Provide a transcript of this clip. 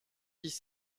dix